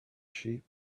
sheep